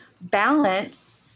balance